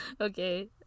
Okay